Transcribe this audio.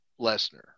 Lesnar